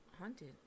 haunted